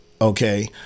Okay